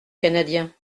canadien